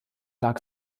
lag